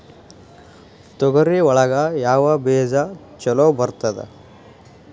ತೊಗರಿ ಒಳಗ ಯಾವ ಬೇಜ ಛಲೋ ಬರ್ತದ?